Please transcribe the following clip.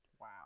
Wow